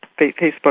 Facebook